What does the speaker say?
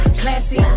classy